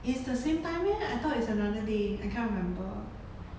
it's the same time meh I thought is another day I can't remember